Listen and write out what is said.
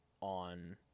on